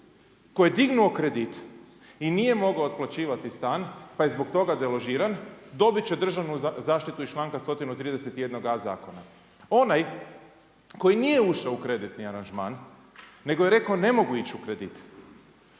koji je dignuo kredit i nije mogao otplaćivati stan, pa je zbog toga deložiran, dobit će državnu zaštitu iz članka 131. a) zakona. Onaj koji nije ušao u kreditni aranžman, nego je rekao ne mogu ići u kredit,